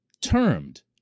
termed